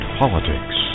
politics